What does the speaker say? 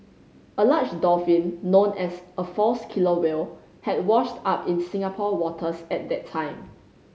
a large dolphin known as a false killer whale had washed up in Singapore waters at that time